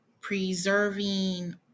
preserving